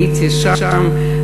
הייתי שם,